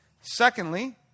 Secondly